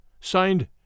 Signed